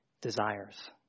desires